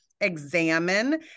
examine